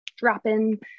drop-in